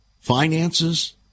finances